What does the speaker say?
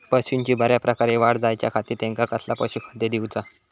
पशूंची बऱ्या प्रकारे वाढ जायच्या खाती त्यांका कसला पशुखाद्य दिऊचा?